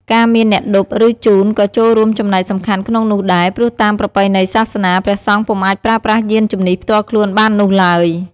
ការមានអ្នកឌុប ឬ ជូនក៏ចូលរួមចំណែកសំខាន់ក្នុងនោះដែរ ព្រោះតាមប្រពៃណីសាសនា ព្រះសង្ឃពុំអាចប្រើប្រាស់យាន្តជំនិះផ្ទាល់ខ្លួនបាននោះឡើយ។